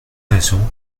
raisons